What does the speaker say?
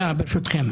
ברשותכם, שאלה.